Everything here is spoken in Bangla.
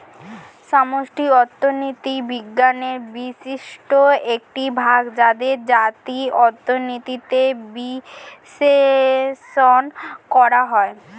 সামষ্টিক অর্থনীতি বিজ্ঞানের বিশিষ্ট একটি ভাগ যাতে জাতীয় অর্থনীতির বিশ্লেষণ করা হয়